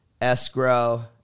Escrow